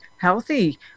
healthy